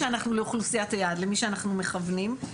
לאוכלוסיית היעד למי שאנחנו מכוונים.